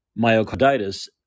myocarditis